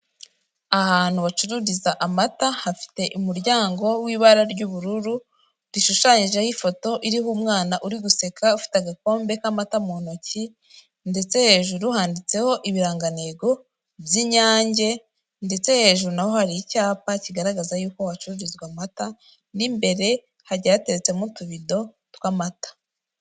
Ahantu bacururiza amata, hafite umuryango w'ibara ry'ubururu rishushanyijeho ifoto iriho umwana uriguseka ufite agakombe k'amata mu ntoki ndetse hejuru handitseho ibirangantego by'inyange ndetse hejuru naho hari icyapa kigaragaza yuko hacururizwa amata, n'imbere hagiye hateretsemo utubido tw'amata.